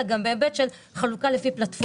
אלא גם בהיבט של חלוקה לפי פלטפורמות.